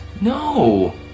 No